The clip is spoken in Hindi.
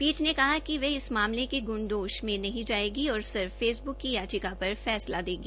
पीठ ने कहा कि इस मामले के ग्रणदोष में नहीं जायेगी और फेसब्क की याचिका पर फैसला देगी